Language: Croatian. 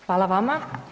Hvala vama.